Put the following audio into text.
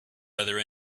other